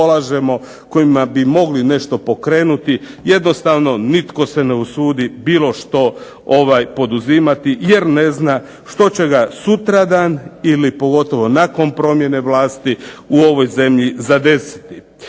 kojima bi mogli pokrenuti jednostavno nitko se ne usudi bilo što poduzimati jer ne zna što će ga sutradan ili pogotovo nakon promjene vlasti u ovoj zemlji zadesiti.